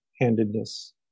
handedness